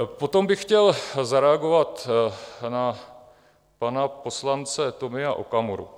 Potom bych chtěl zareagovat na pana poslance Tomia Okamuru.